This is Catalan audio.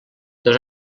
dos